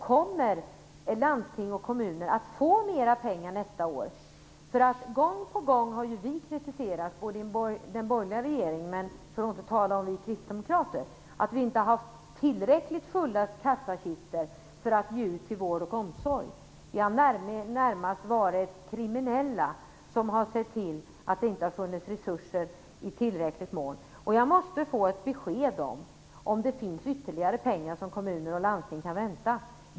Kommer landsting och kommuner att få mer pengar nästa år? Gång på gång har vi kritiserats, både den borgerliga regeringen och för att inte tala om vi kristdemokrater, för att vi inte har haft tillräckligt fulla kassakistor att ge ur till vård och omsorg. Vi har närmast varit kriminella som har sett till att det inte har funnits resurser i tillräcklig mån. Jag måste få ett besked: Finns det ytterligare pengar som kommuner och landsting kan vänta?